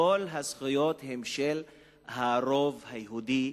כל הזכויות הן של הרוב היהודי,